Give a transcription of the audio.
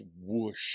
whoosh